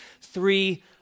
three